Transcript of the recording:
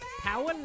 Power